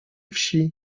wsi